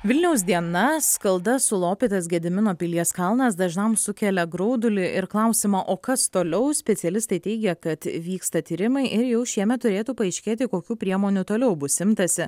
vilniaus diena skalda sulopytas gedimino pilies kalnas dažnam sukelia graudulį ir klausimą o kas toliau specialistai teigia kad vyksta tyrimai ir jau šiemet turėtų paaiškėti kokių priemonių toliau bus imtasi